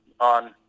on